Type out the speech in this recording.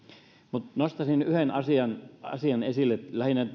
mutta nostaisin yhden asian asian esille